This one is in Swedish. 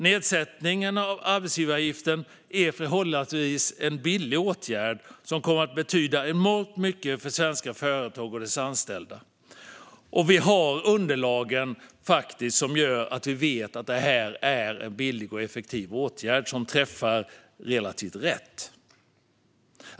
Nedsättningen av arbetsgivaravgiften är en förhållandevis billig åtgärd som kommer att betyda enormt mycket för svenska företag och deras anställda. Vi har underlag som visar att detta är en billig och effektiv åtgärd som träffar relativt rätt.